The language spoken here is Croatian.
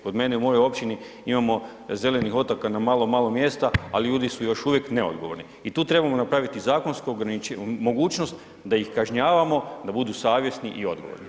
Kod mene u mojoj općini imamo zelenih otoka na malo, malo mjesta ali ljudi su još uvijek neodgovorni i tu trebamo napraviti zakonsku mogućnost da ih kažnjavamo da budu savjesni i odgovorni.